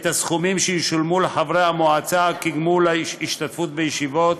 את הסכומים שישולמו לחברי המועצה כגמול השתתפות בישיבות,